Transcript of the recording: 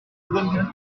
albums